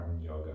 yoga